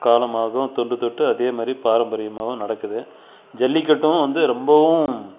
காலமாகவும் தொன்று தொட்டு அதேமாதிரி பாரம்பரியமாவும் நடக்குது ஜல்லிக்கட்டும் வந்து ரொம்பவும்